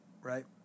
right